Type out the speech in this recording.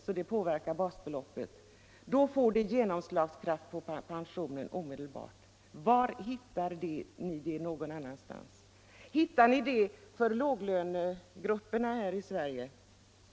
Påverkar indexhöjningen basbeloppet, slår det genast igenom på pensionen. Var hittar ni det någon annanstans? Är det så för låglönegrupperna här i Sverige?